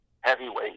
heavyweight